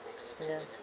ya